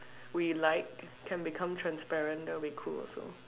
we like can become transparent that'll cool also